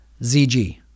ZG